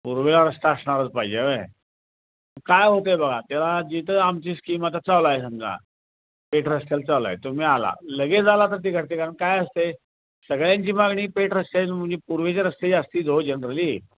पूर्वेला रस्ता असणाराच पाहिजे होय मग काय होत आहे बघा त्याला जिथं आमची स्कीम आता चालू आहे समजा पेट रस्त्याला चालू आहे तुम्ही आला लगेच आला तर ती घडते कारण काय असतंय सगळ्यांची मागणी पेट रस्त्याची म्हणजे पूर्वेच्या रस्त्याची असतेच हो जनरली